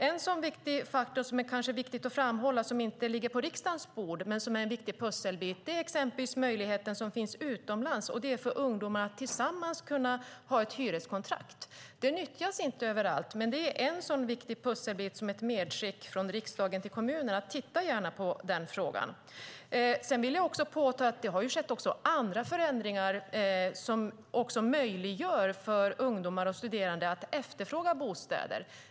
En viktig pusselbit som inte ligger på riksdagens bord är exempelvis den möjlighet som finns utomlands för ungdomar att tillsammans kunna ha ett hyreskontrakt. Möjligheten nyttjas inte överallt, men det är något som vi från riksdagen kan kommunicera till kommunerna att de gärna ska titta på. Sedan vill jag också påpeka att det har skett andra förändringar som möjliggör för ungdomar och studerande att efterfråga bostäder.